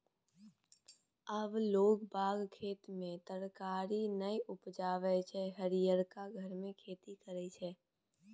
आब लोग बाग खेत मे तरकारी नै उपजा हरियरका घर मे खेती करय छै